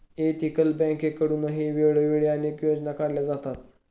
ethical बँकेकडूनही वेळोवेळी अनेक योजना काढल्या जातात